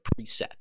preset